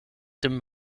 dem